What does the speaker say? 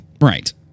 Right